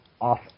off